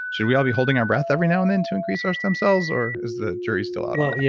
should we all be holding our breath every now and then to increase our stem cells, or is the jury still out on yeah